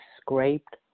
scraped